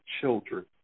children